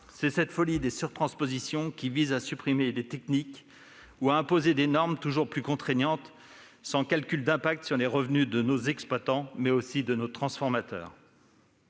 ; enfin, la folie des surtranspositions- j'y insiste !-, qui vise à supprimer des techniques ou à imposer des normes toujours plus contraignantes, sans calcul d'impact sur les revenus de nos exploitants comme de nos transformateurs.